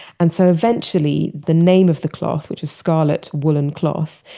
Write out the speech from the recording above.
and so eventually, the name of the cloth, which was scarlet woolen cloth,